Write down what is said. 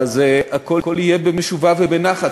הכול יהיה בשובה ובנחת,